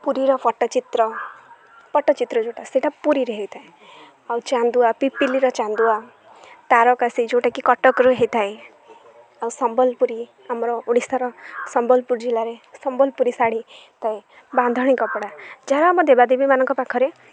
ପୁରୀର ପଟ୍ଟଚିତ୍ର ପଟ୍ଟଚିତ୍ର ଯେଉଁଟା ସେଇଟା ପୁରୀରେ ହେଇଥାଏ ଆଉ ଚାନ୍ଦୁଆ ପିପିଲିର ଚାନ୍ଦୁଆ ତାରକାସି ଯେଉଁଟାକି କଟକରେ ହେଇଥାଏ ଆଉ ସମ୍ବଲପୁରୀ ଆମର ଓଡ଼ିଶାର ସମ୍ବଲପୁର ଜିଲ୍ଲାରେ ସମ୍ବଲପୁରୀ ଶାଢ଼ୀ ହେଇଥାଏ ବାନ୍ଧଣୀ କପଡ଼ା ଯାହାର ଆମ ଦେବାଦେବୀମାନଙ୍କ ପାଖରେ